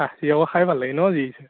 খাচী আকৌ খাই ভাল লাগে ন'